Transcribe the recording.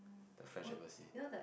the french embassy